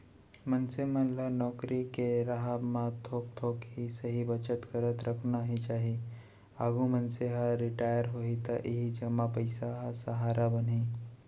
मनसे मन ल नउकरी के राहब म थोक थोक ही सही बचत करत रखना ही चाही, आघु मनसे ह रिटायर होही त इही जमा पइसा ह सहारा बनही